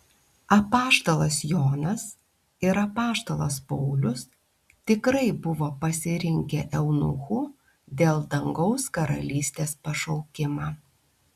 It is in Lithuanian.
apaštalas jonas ir apaštalas paulius tikrai buvo pasirinkę eunuchų dėl dangaus karalystės pašaukimą